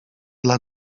dla